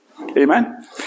Amen